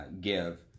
give